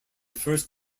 first